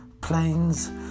planes